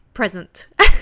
Present